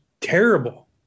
terrible